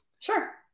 Sure